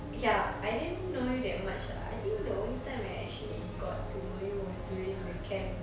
ya I didn't know you that much ah I think the only time I actually got to know you was during the camp